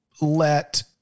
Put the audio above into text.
let